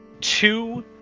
two